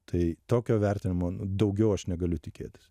tai tokio vertinimo daugiau aš negaliu tikėtis